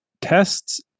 tests